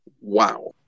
wow